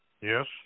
Yes